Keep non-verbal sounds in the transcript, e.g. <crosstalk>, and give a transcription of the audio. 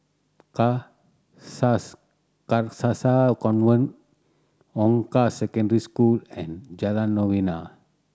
<unintelligible> Carcasa Convent Hong Kah Secondary School and Jalan Novena